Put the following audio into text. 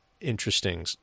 interesting